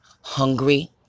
hungry